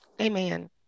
Amen